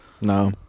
no